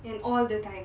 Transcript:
in all the time